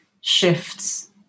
shifts